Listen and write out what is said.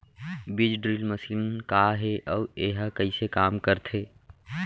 बीज drill machine का हे अऊ एहा कइसे काम करथे?